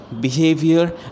behavior